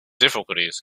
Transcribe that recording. difficulties